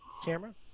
camera